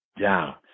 down